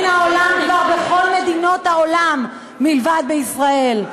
שעברו מן העולם כבר בכל מדינות העולם מלבד בישראל.